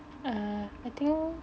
err I think